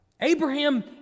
Abraham